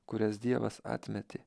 kurias dievas atmetė